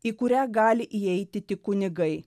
į kurią gali įeiti tik kunigai